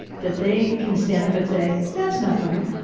that they can stand up and say, that's not right.